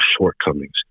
shortcomings